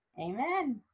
Amen